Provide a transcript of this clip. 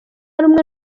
rumwe